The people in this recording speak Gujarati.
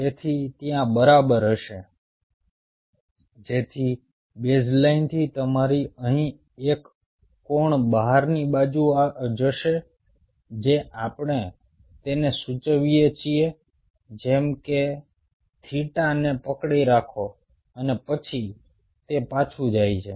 તેથી ત્યાં બરાબર હશે તેથી બેઝલાઇનથી તમારી અહીં એક કોણ બહારની બાજુ જશે જે આપણે તેને સૂચવીએ છીએ જેમ કે થીટાને પકડી રાખો અને પછી તે પાછું જાય છે